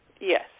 Yes